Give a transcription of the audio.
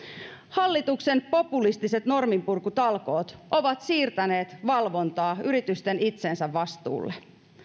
hallituksen populistiset norminpurkutalkoot ovat siirtäneet valvontaa yritysten itsensä vastuulle